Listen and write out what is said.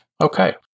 Okay